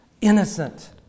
innocent